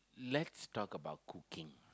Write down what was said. let's talk about cooking